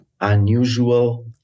unusual